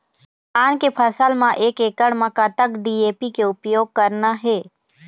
धान के फसल म एक एकड़ म कतक डी.ए.पी के उपयोग करना हे?